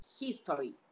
history